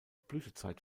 blütezeit